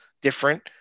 different